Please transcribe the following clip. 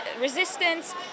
resistance